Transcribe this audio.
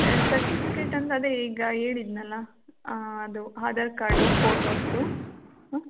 certificate ಅಂದ್ರೆ ಅದೇ ಈಗ ಹೇಳಿದೆನಲ್ಲ ಹಾಂ ಅದು ಆಧಾರ್ ಕಾರ್ಡು ಫೋಟೋಸು